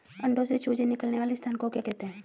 अंडों से चूजे निकलने वाले स्थान को क्या कहते हैं?